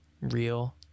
real